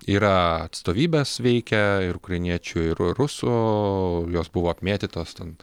yra atstovybės veikia ir ukrainiečių ir rusų jos buvo apmėtytos ten